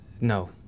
No